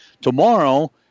tomorrow